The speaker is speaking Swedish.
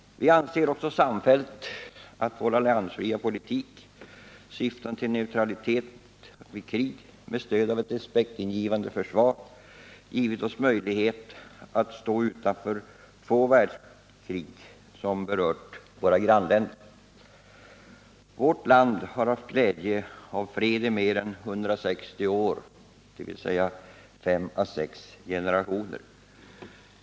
Vi anser också samfällt att vår alliansfria politik syftande till neutralitet vid krig, med stöd av ett respektingivande försvar, givit oss möjlighet att stå utanför två världskrig som berört våra grannländer. Vårt land har haft glädje av fred i mer än 160 år, dvs. fem å sex generationer.